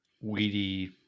weedy